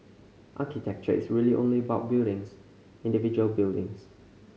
architecture is really only about buildings individual buildings